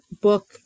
book